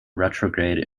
retrograde